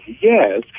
yes